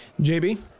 JB